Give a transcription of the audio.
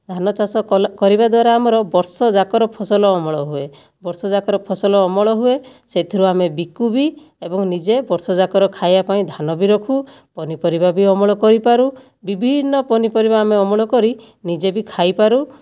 ଧାନ ଚାଷ କରିବା ଦ୍ୱାରା ଆମର ବର୍ଷଯାକର ଫସଲ ଅମଳ ହୁଏ ବର୍ଷଯାକର ଫସଲ ଅମଳ ହୁଏ ସେଇଥିରୁ ଆମେ ବିକୁ ବି ଏବଂ ନିଜେ ବର୍ଷଯାକର ଖାଇବା ପାଇଁ ଧାନ ବି ରଖୁ ପନିପରିବା ବି ଅମଳ କରିପାରୁ ବିଭିନ୍ନ ପନିପରିବା ଆମେ ଅମଳ କରି ନିଜେ ବି ଖାଇପାରୁ